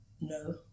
no